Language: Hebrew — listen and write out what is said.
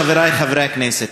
חברי חברי הכנסת,